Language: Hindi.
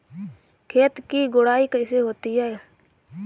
खेत की गुड़ाई कैसे होती हैं?